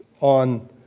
on